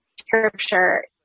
scripture